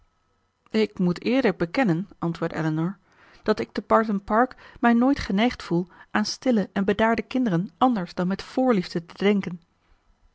ik moet eerlijk bekennen antwoordde elinor dat ik te barton park mij nooit geneigd voel aan stille en bedaarde kinderen anders dan met voorliefde te denken